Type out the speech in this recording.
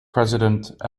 president